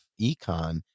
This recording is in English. econ